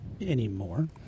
Anymore